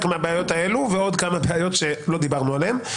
הוא מעורר חלק מהבעיות האלה ועוד כמה בעיות שלא דיברנו עליהן.